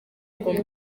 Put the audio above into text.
guma